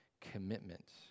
commitment